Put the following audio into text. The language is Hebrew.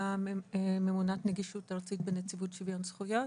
ממונת נגישות ארצית בנציבות שוויון זכויות